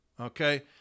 okay